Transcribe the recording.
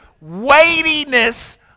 weightiness